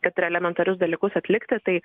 kad elementarius dalykus atlikti tai